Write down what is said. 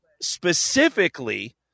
specifically